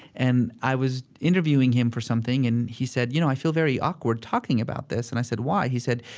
and i was interviewing him for something, and he said, you know, i feel very awkward talking about this. and i said, why? he said,